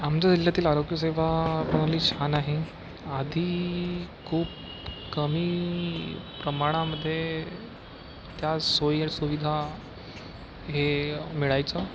आमच्या जिल्ह्यातील आरोग्यसेवा प्रणाली छान आहे आधी खूप कमी प्रमाणामध्ये त्या सोयी आणि सुविधा हे मिळायचं